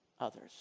others